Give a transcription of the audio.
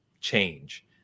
change